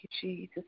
Jesus